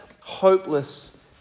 hopeless